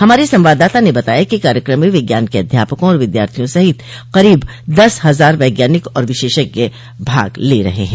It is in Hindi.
हमारे संवाददाता ने बताया कि कार्यक्रम में विज्ञान के अध्यापकों और विद्यार्थियों सहित करीब दस हजार वैज्ञानिक और विशेषज्ञ भाग ले रहे हैं